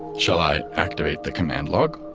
shall i activate the command log?